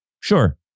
Sure